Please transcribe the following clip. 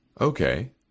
Okay